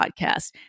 podcast